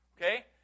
Okay